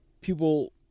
people